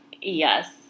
Yes